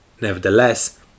Nevertheless